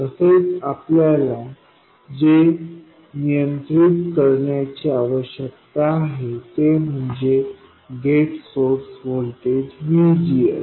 तसेच आपल्याला जे नियंत्रित करण्याची आवश्यकता आहे ते म्हणजे गेट सोर्स व्होल्टेज VGS